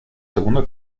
segundo